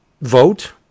vote